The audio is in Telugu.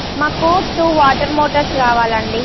మాకు టు వాటర్ మోటార్స్ కావాలండి